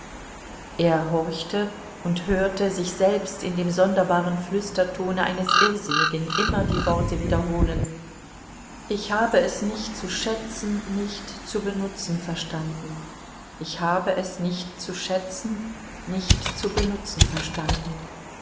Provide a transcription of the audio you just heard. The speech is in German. er horchte und hörte sich selbst in dem sonderbaren flüstertone eines irrsinnigen immer die worte wiederholen ich habe es nicht zu schätzen nicht zu benutzen verstanden ich habe es nicht zu schätzen nicht zu benutzen verstanden